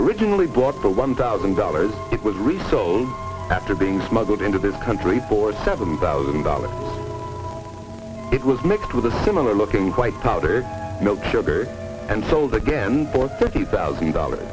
originally bought for one thousand dollars it would resold after being smuggled into the country forty seven thousand dollars it was mixed with a similar looking white powder sugar and sold again for thirty thousand dollars